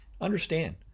understand